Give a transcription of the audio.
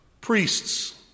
priests